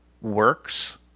works